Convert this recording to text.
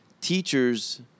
teachers